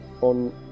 on